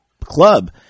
club